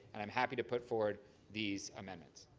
and i'm happy to put forward these amendments.